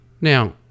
Now